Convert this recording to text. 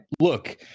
Look